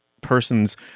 person's